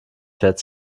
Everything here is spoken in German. fährt